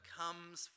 comes